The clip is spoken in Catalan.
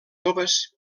toves